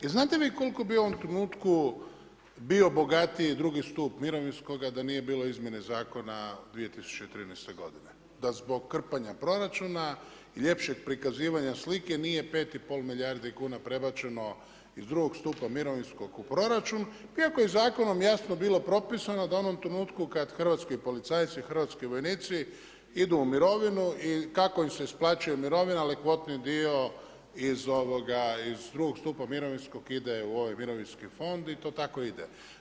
I znate vi koliko bi u ovom trenutku bi bogatiji drugi stup mirovinskoga da nije bilo izmjene zakona 2013. godine da zbog krpanja proračuna i ljepšeg prikazivanja slike nije 5,5 milijardi kuna prebačeno iz drugog stupa mirovinskog u proračun iako je zakonom bilo jasno propisano da u onom trenutku kada hrvatski policajci i hrvatski vojnici idu u mirovinu i kako im se isplaćuje mirovina, ali kvotni dio iz drugog stupa mirovinskog ide u ovaj mirovinski fond i to tako ide.